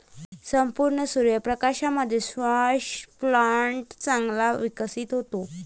संपूर्ण सूर्य प्रकाशामध्ये स्क्वॅश प्लांट चांगला विकसित होतो